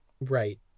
Right